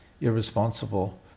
irresponsible